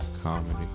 Comedy